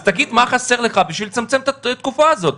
אז תגיד מה חסר לך בשביל לצמצם את התקופה הזאת.